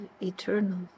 eternal